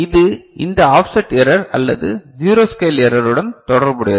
இது இந்த offset error அல்லது ஜீரோ ஸ்கேல் எரருடன் தொடர்புடையது